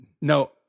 No